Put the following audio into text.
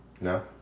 No